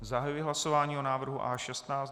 Zahajuji hlasování o návrhu A16.